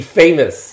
famous 。